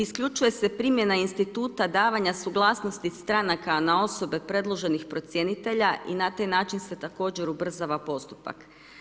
Isključuje se primjena instituta davanja suglasnosti stranaka na osobe predloženih procjenitelja i na taj način se također ubrzava postupak.